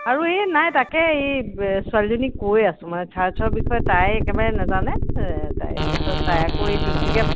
আৰু এই নাই তাকে এই ব ছোৱালীজনীক কৈ আছোঁ মানে চাৰ্চৰ বিষয়ে তাই একেবাৰে নাজানে তাই তাৰপিছত তাই আকৌ এই তিনিচুকীয়া